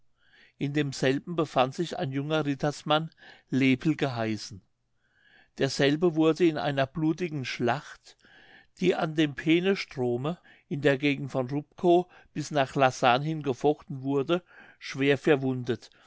in demselben befand sich ein junger rittersmann lepel geheißen derselbe wurde in einer blutigen schlacht die an dem peenestrome in der gegend von rubkow bis nach lassahn hin gefochten wurde schwer verwundet